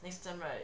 next time right